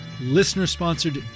listener-sponsored